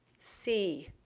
see.